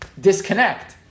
disconnect